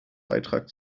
beitrag